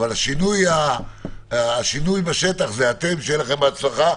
השינוי בשטח זה אתם, שיהיה לכם בהצלחה.